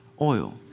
oil